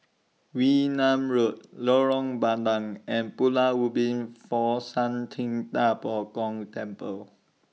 Wee Nam Road Lorong Bandang and Pulau Ubin Fo Shan Ting DA Bo Gong Temple